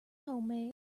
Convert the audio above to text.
homemade